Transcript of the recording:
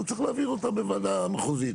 הוא צריך להעביר אותה בוועדה מחוזית,